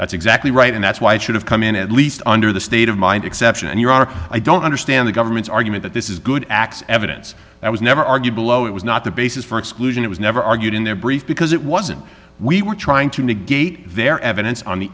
that's exactly right and that's why it should have come in at least under the state of mind exception and your honor i don't understand the government's argument that this is good x evidence that was never argued below it was not the basis for exclusion it was never argued in their brief because it wasn't we were trying to negate their evidence on the